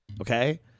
okay